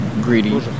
greedy